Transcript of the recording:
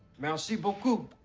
merci beaucoup.